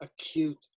acute